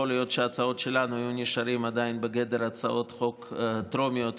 יכול להיות שההצעות שלנו היו נשארות עדיין בגדר הצעות חוק טרומיות,